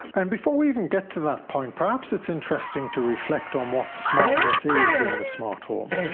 and before we even get to that point, perhaps it's interesting to reflect on what smartness is in the smart home,